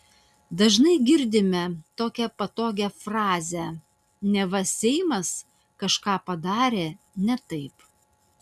dažnai girdime tokią patogią frazę neva seimas kažką padarė ne taip